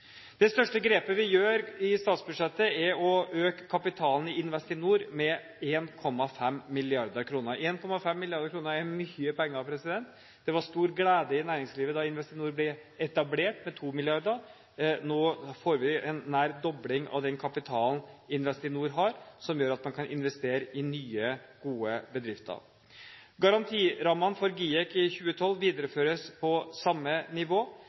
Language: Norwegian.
Det største grepet vi gjør i statsbudsjettet, er å øke kapitalen i Investinor med 1,5 mrd. kr. 1,5 mrd. kr er mye penger. Det var stor glede i næringslivet da Investinor ble etablert med 2 mrd. kr. Nå får vi en nær dobling av den kapitalen Investinor har, som gjør at man kan investere i nye, gode bedrifter. Garantirammene for GIEK i 2012 videreføres på samme nivå.